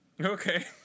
Okay